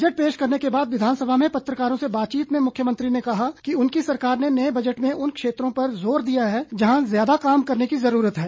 budget पेश करने के बाद विधानसभा में पत्रकारों से बातचीत में मुख्यमंत्री ने कहा कि उनकी सरकार ने नए बजट में उन क्षेत्रों पर जोर दिया है जहां ज्यादा काम करने की जुरूरत है